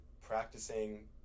practicing